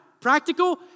Practical